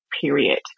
period